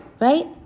Right